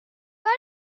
cols